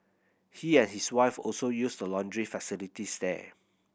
he and his wife also use the laundry facilities there